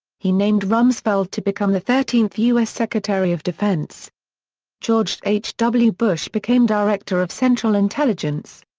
he named rumsfeld to become the thirteenth u s. secretary of defense george h. w. bush became director of central intelligence.